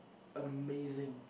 amazing